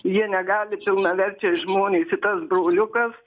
jie negali pilnaverčiai žmonės į tas broliukas